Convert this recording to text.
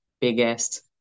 biggest